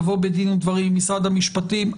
לבוא בדין ודברים עם משרד המשפטים,